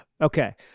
okay